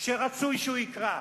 שרצוי שהוא יקרא.